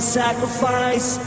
sacrifice